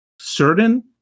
certain